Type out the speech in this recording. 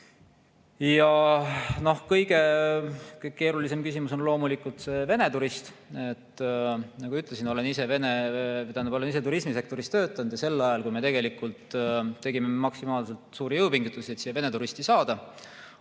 Kõige keerulisem küsimus on loomulikult Vene turist. Nagu ütlesin, olen ise turismisektoris töötanud. Sel ajal, kui me tegelikult tegime maksimaalselt suuri jõupingutusi, et siia Vene turisti saada,